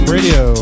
Radio